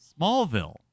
Smallville